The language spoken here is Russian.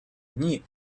дни